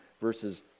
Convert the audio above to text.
verses